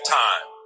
time